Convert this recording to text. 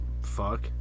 fuck